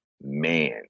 man